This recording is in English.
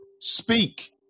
Speak